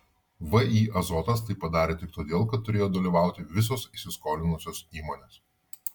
vį azotas tai padarė tik todėl kad turėjo dalyvauti visos įsiskolinusios įmonės